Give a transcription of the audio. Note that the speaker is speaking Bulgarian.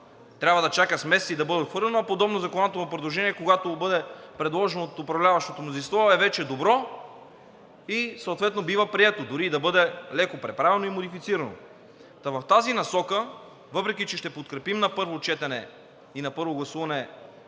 трябва да чака с месеци и да бъде отхвърлено, а подобно законодателно предложение, когато бъде предложено от управляващото мнозинство, е вече добро и съответно бива прието – дори да бъде леко преправено и модифицирано? В тази насока, въпреки че ще подкрепим на първо четене и на първо гласуване